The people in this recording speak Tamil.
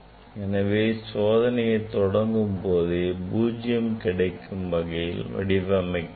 எனவே இச்சோதனையை தொடங்கும்போதே பூஜ்ஜியம் கிடைக்கும் வகையில் வடிவமைக்கலாம்